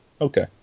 okay